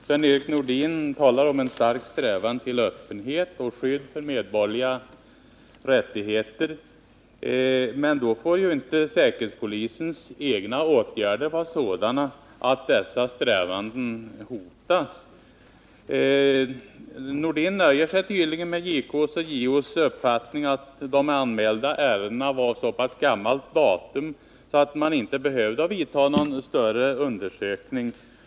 Herr talman! Sven-Erik Nordin talar om en stark strävan till öppenhet och skydd för medborgerliga rättigheter. Men då får inte säkerhetspolisens egna åtgärder vara sådana att dessa strävanden hotas. Sven-Erik Nordin nöjer sig tydligen med JK:s och JO:s uppfattning att de anmälda ärendena var av så gammalt datum att någon större undersökning inte behövde göras.